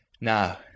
Now